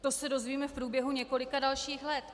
To se dozvíme v průběhu několika dalších let.